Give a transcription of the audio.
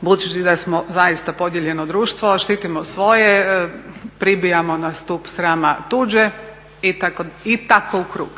budući da smo zaista podijeljeno društvo štitimo svoje, pribijamo na stup srama tuđe i tako u krug.